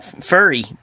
furry